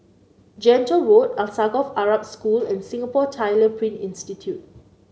Gentle Road Alsagoff Arab School and Singapore Tyler Print Institute